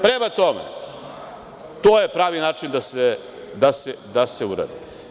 Prema tome, to je pravi način da se uradi.